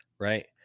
right